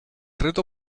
reto